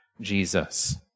Jesus